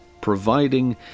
providing